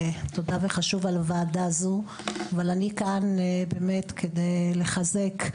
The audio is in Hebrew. תודה על הוועדה הזאת אבל אני כאן כדי לחזק.